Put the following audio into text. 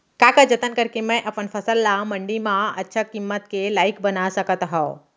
का का जतन करके मैं अपन फसल ला मण्डी मा अच्छा किम्मत के लाइक बना सकत हव?